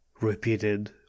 repeated